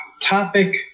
topic